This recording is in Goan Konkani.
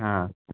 आं